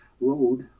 road